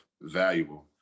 valuable